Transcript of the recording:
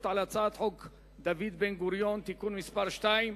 על הצעת חוק דוד בן-גוריון (תיקון מס' 2)